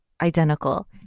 identical